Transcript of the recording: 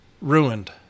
ruined